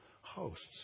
hosts